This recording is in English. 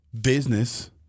business